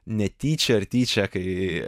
netyčia ar tyčia kai